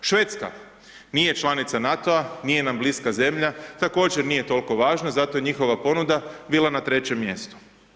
Švedska, nije članica NATO-a, nije nam bliska zemlja, također nije toliko važna, zato je njihova ponuda bila na trećem mjestu.